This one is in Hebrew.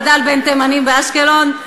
גדל בין תימנים באשקלון,